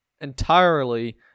entirely